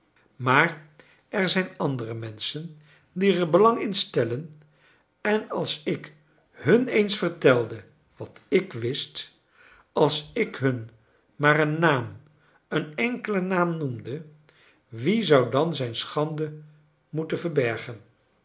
maar er zijn andere menschen die er belang in stellen en als ik hun eens vertelde wat ik wist als ik hun maar een naam een enkelen naam noemde wie zou dan zijn schande moeten verbergen